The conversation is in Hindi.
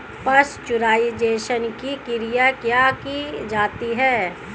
पाश्चुराइजेशन की क्रिया क्यों की जाती है?